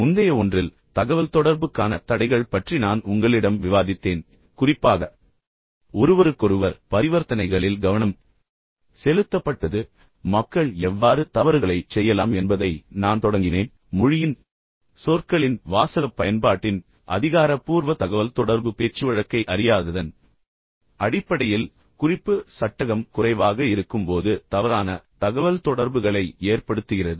முந்தைய ஒன்றில் தகவல்தொடர்புக்கான தடைகள் பற்றி நான் உங்களிடம் விவாதித்தேன் குறிப்பாக ஒருவருக்கொருவர் பரிவர்த்தனைகளில் கவனம் செலுத்தப்பட்டது பின்னர் மக்கள் எவ்வாறு தவறுகளைச் செய்யலாம் என்பதை நான் தொடங்கினேன் பின்னர் மொழியின் அடிப்படையில் சொற்களின் அடிப்படையில் வாசக பயன்பாட்டின் அடிப்படையில் அதிகாரப்பூர்வ தகவல்தொடர்பு பேச்சுவழக்கை அறியாததன் அடிப்படையில் குறிப்பு சட்டகம் குறைவாக இருக்கும்போது தவறான தகவல்தொடர்புகளை ஏற்படுத்துகிறது